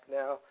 now